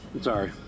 sorry